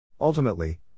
Ultimately